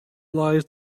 lies